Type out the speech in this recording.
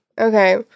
Okay